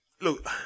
look